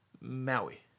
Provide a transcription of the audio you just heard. Maui